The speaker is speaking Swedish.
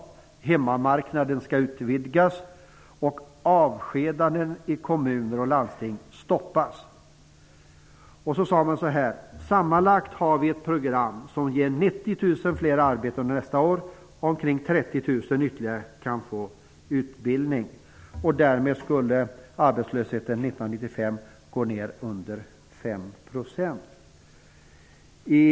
Hemmamarknaden skulle vidgas och avskedanden i kommuner och landsting stoppas. Så sade man: Sammanlagt har vi ett program som ger 90 000 fler arbetstillfällen nästa år och omkring 30 000 ytterligare kan få utbildning. Därmed skulle arbetslösheten 1995 kunna gå ner under femprocentsnivån.